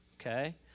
okay